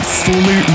fully